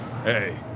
Hey